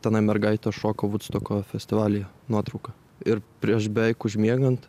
tenai mergaitė šoka vudstoko festivalyje nuotrauka ir prieš beveik užmiegant